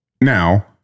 Now